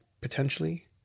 Potentially